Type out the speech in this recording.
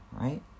right